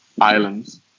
islands